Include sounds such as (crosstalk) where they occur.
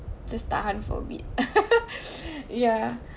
just tahan for a bit (laughs) ya